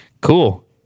Cool